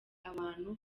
abantu